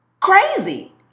Crazy